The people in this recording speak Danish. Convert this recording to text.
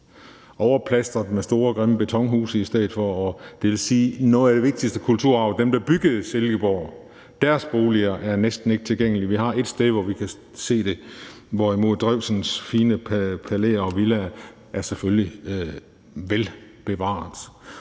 overplastret med store grimme betonhuse i stedet for. Det vil sige, at noget af den vigtigste kulturarv blev bygget i Silkeborg. Deres boliger er næsten ikke tilgængelige. Vi har ét sted, hvor vi kan se det, hvorimod Drewsens fine palæer og villaer selvfølgelig er velbevaret.